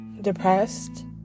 depressed